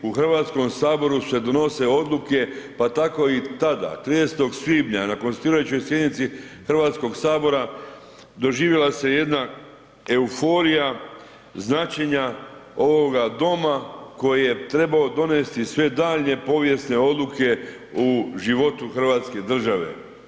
U Hrvatskom saboru se donose odluke pa tako i tada 30. svibnja na konstituirajućoj sjednici Hrvatskog sabora doživjela se jedna euforija značenja ovoga doma koji je trebao donesti sve daljnje povijesne odluke u životu Hrvatske države.